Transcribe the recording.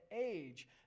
age